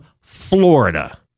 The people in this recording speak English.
Florida